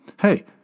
Hey